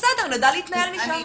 בסדר, נדע להתנהל משם.